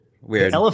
weird